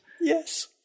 yes